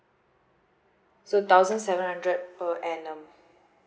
so thousand seven hundred per annum